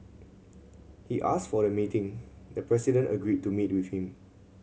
he asked for the meeting the president agreed to meet with him